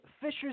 fishers